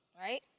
right